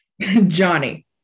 Johnny